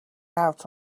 out